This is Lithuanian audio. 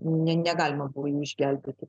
negalima buvo jų išgelbėti